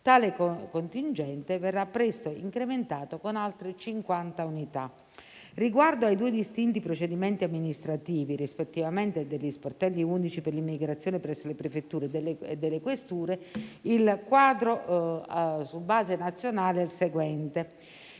Tale contingente verrà presto incrementato con altre 50 unità. Riguardo ai due distinti procedimenti amministrativi, rispettivamente degli sportelli unici per l'immigrazione presso le prefetture e delle questure, il quadro su base nazionale è il seguente.